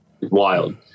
wild